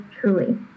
truly